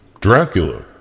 Dracula